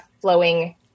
flowing